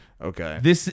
okay